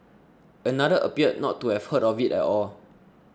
another appeared not to have heard of it at all